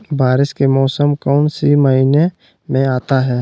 बारिस के मौसम कौन सी महीने में आता है?